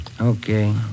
Okay